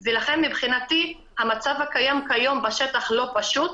ולכן, מבחינתי, המצב הקיים כיום בשטח לא פשוט,